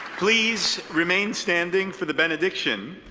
please remain standing for the benediction,